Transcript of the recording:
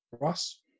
Ross